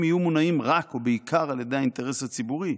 יהיו מונעים רק ובעיקר על ידי האינטרס הציבורי.